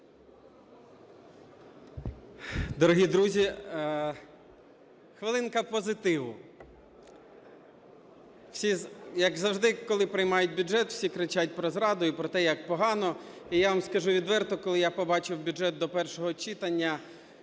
Дорогі друзі, хвилинка позитиву. Як завжди, коли приймають бюджет, всі кричать про зраду і про те, як погано. І я вам скажу відверто, коли я побачив бюджет до першого читання,